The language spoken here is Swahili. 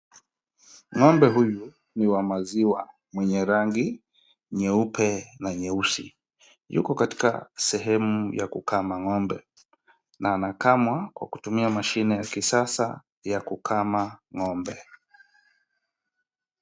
Ng'ombe huyu ni wa maziwa mwenye rangi nyeuepe na nyeusi. Yuko katika sehemu ya kukaa mang'ombe. Na anakamwa kwa kutumia mashini ya kisasa ya kukama ng'ombe.